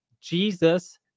Jesus